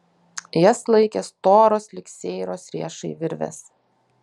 jas laikė storos lyg seiros riešai virvės